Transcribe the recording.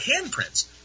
handprints